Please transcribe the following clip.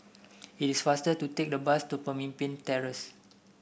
it is faster to take the bus to Pemimpin Terrace